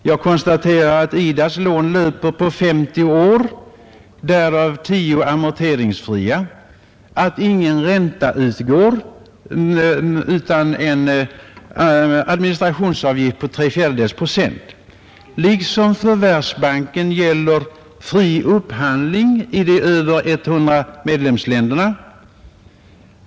Jag konstaterar att IDA s lån löper på 50 år, därav 10 amorteringsfria, att ingen ränta utgår utan bara en administrationsavgift på 3/4 procent. Liksom för Världsbanken gäller fri upphandling i de över 100 medlemsländerna.